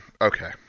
okay